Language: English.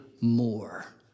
more